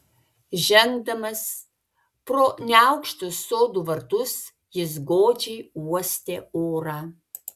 žengdamas pro neaukštus sodų vartus jis godžiai uostė orą